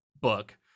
book